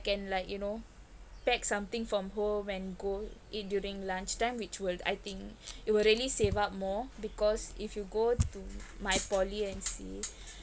can like you know pack something from home and go eat during lunchtime which will I think it will really save up more because if you go to my poly and see